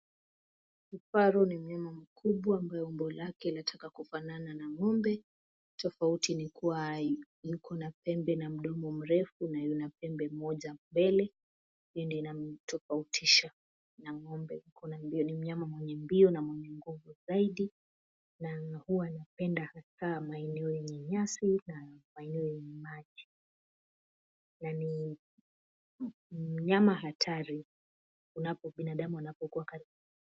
Kifaru ni mnyama mkubwa ambaye umbo lake linataka kufanana na ng'ombe , tofauti ni kuwa ikona pembe na mdomo mrefu na ina pembe moja mbele , hiyo ndio inatofautisha na ng'ombe . Pia ni mnyama mwenye mbio na mwenye nguvu zaidi na huwa anapenda kukaa maeneo yenye nyasi na maeneo yenye maji na ni mnyama hatari binadamu anapokuwa karibu naye.